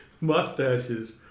mustaches